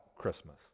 christmas